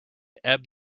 ebb